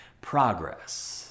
progress